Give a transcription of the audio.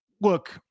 look